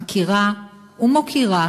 מכירה ומוקירה